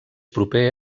proper